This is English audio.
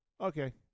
Okay